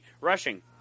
rushing